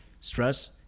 Stress